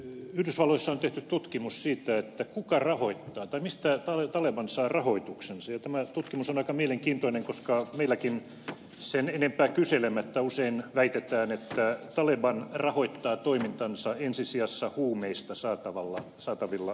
yhdysvalloissa on tehty tutkimus siitä mistä taleban saa rahoituksensa ja tämä tutkimus on aika mielenkiintoinen koska meilläkin sen enempää kyselemättä usein väitetään että taleban rahoittaa toimintansa ensi sijassa huumeista saatavilla varoilla